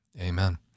Amen